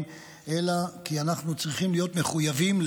אלא כי אנחנו צריכים להיות מחויבים,